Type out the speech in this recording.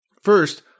First